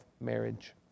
marriage